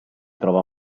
trova